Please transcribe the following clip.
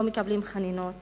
לא מקבלים חנינות